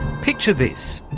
picture this,